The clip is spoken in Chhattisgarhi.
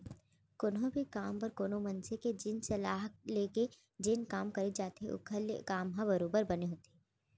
कोनो भी काम बर कोनो मनसे के जेन सलाह ले के जेन काम करे जाथे ओखर ले काम ह बरोबर बने होथे